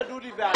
זה דודי ואני.